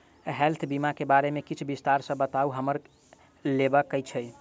Health बीमा केँ बारे किछ विस्तार सऽ बताउ हमरा लेबऽ केँ छयः?